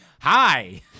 Hi